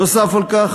נוסף על כך,